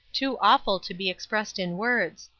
too awful to be expressed in words.